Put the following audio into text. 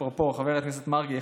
אפרופו חבר הכנסת מרגי,